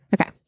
Okay